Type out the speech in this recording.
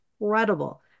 incredible